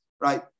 right